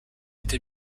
été